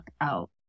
out